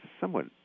somewhat